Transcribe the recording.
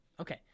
Okay